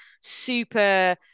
super